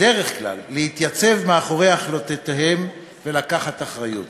בדרך כלל, להתייצב מאחורי החלטותיהם ולקחת אחריות.